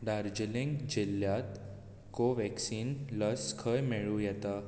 दार्जिलिंग जिल्ल्यांत कोव्हॅक्सिन लस खंय मेळूं येता